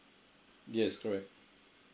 yes correct